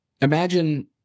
imagine